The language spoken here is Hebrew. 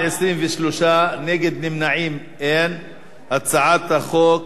את הצעת חוק